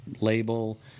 label